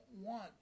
want